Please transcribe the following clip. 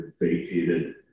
vacated